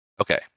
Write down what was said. Okay